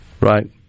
Right